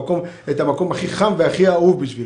את המקום הכי חם והכי אהוב בשבילו.